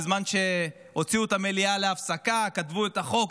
בזמן שהוציאו את המליאה להפסקה כתבו את החוק,